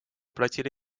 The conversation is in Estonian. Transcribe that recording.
platsile